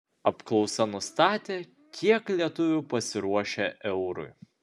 apklausa nustatė kiek lietuvių pasiruošę eurui